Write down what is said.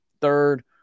third